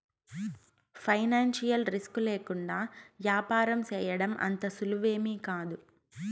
financial risk లేకుండా యాపారం సేయడం అంత సులువేమీకాదు